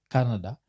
Canada